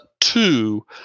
two